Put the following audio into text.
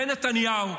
זה נתניהו.